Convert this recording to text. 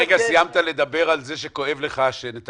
הרגע סיימת לדבר על זה שכואב לך שנתניהו